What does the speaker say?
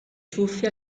ciuffi